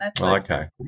Okay